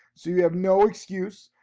so you have no excuse.